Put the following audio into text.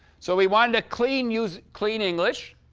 so we wanted a clean use clean english.